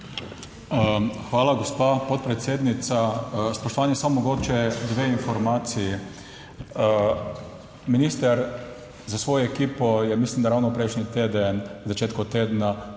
Hvala, gospa podpredsednica. Spoštovani, samo mogoče dve informaciji. Minister s svojo ekipo je mislim, da ravno prejšnji teden v začetku tedna